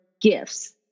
gifts